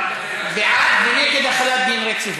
בעד ונגד החלת דין רציפות.